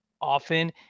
often